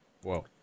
Whoa